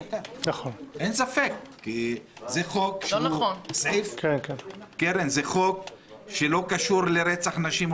חוק ומשפט בגלל שיש לו קשרים והשלכות לדברים שנוגעים בדברים אחרים,